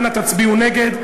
אנא תצביעו נגד.